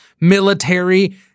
military